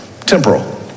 temporal